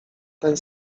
ten